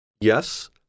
Yes